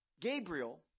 Gabriel